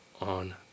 on